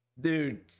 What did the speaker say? dude